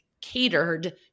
catered